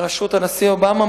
בראשות הנשיא אובמה,